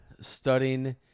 studying